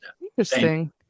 Interesting